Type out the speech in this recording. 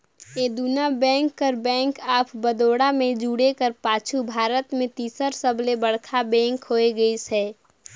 ए दुना बेंक कर bank of Baroda में जुटे कर पाछू भारत में तीसर सबले बड़खा बेंक होए गइस अहे